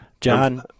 John